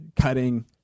cutting